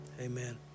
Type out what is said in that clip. Amen